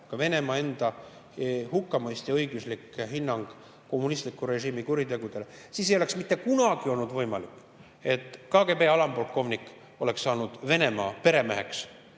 ka Venemaa enda hukkamõist ja õiguslik hinnang kommunistliku režiimi kuritegudele, siis ei oleks mitte kunagi olnud võimalik, et KGB alampolkovnik oleks saanud Venemaa peremeheks,